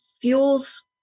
fuels